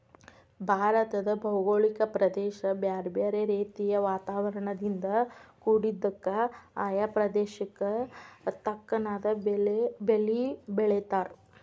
ಭಾರತದ ಭೌಗೋಳಿಕ ಪ್ರದೇಶ ಬ್ಯಾರ್ಬ್ಯಾರೇ ರೇತಿಯ ವಾತಾವರಣದಿಂದ ಕುಡಿದ್ದಕ, ಆಯಾ ಪ್ರದೇಶಕ್ಕ ತಕ್ಕನಾದ ಬೇಲಿ ಬೆಳೇತಾರ